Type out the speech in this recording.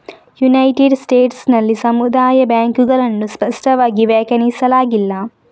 United States ನಲ್ಲಿ ಸಮುದಾಯ ಬ್ಯಾಂಕುಗಳನ್ನು ಸ್ಪಷ್ಟವಾಗಿ ವ್ಯಾಖ್ಯಾನಿಸಲಾಗಿಲ್ಲ